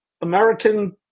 American